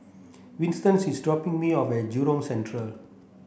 Winston's is dropping me off at Jurong Central